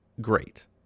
Great